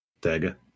Tega